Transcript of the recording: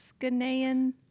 Ghanaian